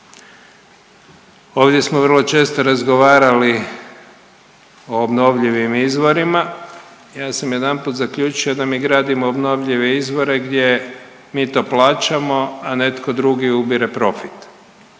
Ovdje smo vrlo često razgovarali o obnovljivim izvorima, ja sam jedanput zaključio da mi gradimo obnovljive izvre gdje mi to plaćamo, a netko drugi ubire profit.